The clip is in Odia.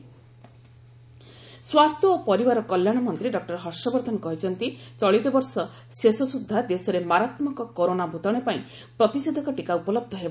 ହର୍ଷବର୍ଦ୍ଧନ ସ୍ୱାସ୍ଥ୍ୟ ଓ ପରିବାର କଲ୍ୟାଣ ମନ୍ତ୍ରୀ ଡକ୍ଟର ହର୍ଷବର୍ଦ୍ଧନ କହିଛନ୍ତି ଚଳିତବର୍ଷ ଶେଷ ସ୍ରଦ୍ଧା ଦେଶରେ ମାରାତ୍ମକ କରୋନା ଭୂତାଣ୍ର ପାଇଁ ପ୍ରତିଷେଧକ ଟୀକା ଉପଲହ୍ଧ ହେବ